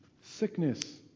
sickness